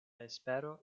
espero